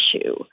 issue